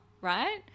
right